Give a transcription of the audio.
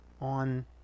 on